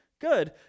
good